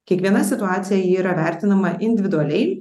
kiekviena situacija yra vertinama individualiai